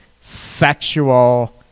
sexual